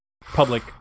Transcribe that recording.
public